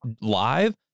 live